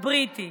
הבריטי